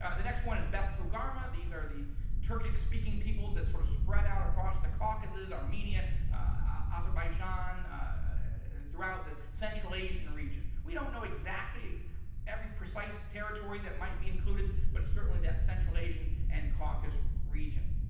the next one is beth-togarmah. these are the turkic speaking people that sort of spread out across the caucusus, armenia azerbaijan and throughout the central asian region. we don't know exactly every precise territory that might be included, but it certainly that central asian and caucusus region.